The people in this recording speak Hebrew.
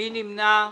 מי נמנע?